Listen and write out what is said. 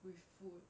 with food